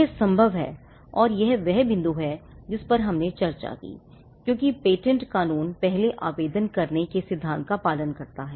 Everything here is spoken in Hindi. यह संभव है और यह वह बिंदु है जिस पर हमने चर्चा की क्योंकि पेटेंट कानून पहले आवेदन करने के सिद्धांत का पालन करता है